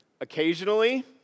Occasionally